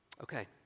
Okay